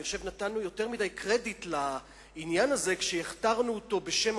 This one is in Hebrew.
אני חושב שנתנו יותר מדי קרדיט לעניין הזה כשהכתרנו אותו בשם